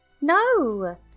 no